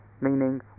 meaning